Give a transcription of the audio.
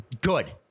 good